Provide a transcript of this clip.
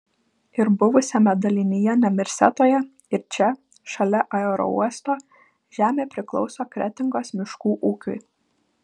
ir buvusiame dalinyje nemirsetoje ir čia šalia aerouosto žemė priklauso kretingos miškų ūkiui